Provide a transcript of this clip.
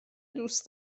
دوست